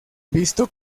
visto